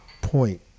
point